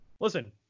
listen